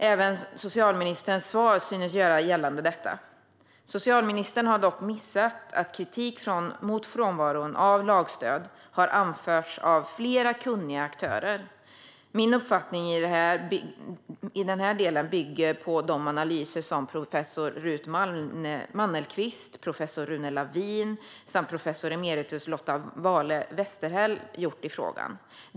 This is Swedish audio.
Även socialministerns svar synes göra gällande detta. Socialministern har dock missat att kritik mot frånvaron av lagstöd har anförts av flera kunniga aktörer. Min uppfattning i den här delen bygger på de analyser som professor Ruth Mannelqvist, professor Rune Lavin och professor emeritus Lotta Vahlne Westerhäll har gjort.